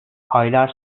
aylar